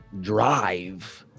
drive